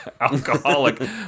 alcoholic